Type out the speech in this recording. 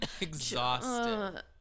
exhausted